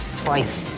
twice.